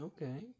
Okay